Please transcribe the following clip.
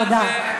תודה.